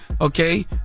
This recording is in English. okay